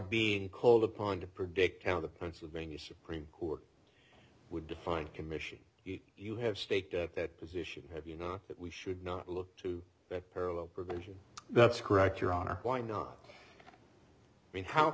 being called upon to predict how the pennsylvania supreme court would define commission if you have staked that position have you not that we should not look to that parallel provision that's correct your honor why not i mean how